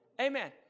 Amen